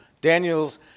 Daniel's